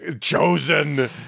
chosen